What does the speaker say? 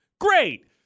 Great